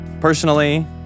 personally